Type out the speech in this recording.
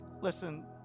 Listen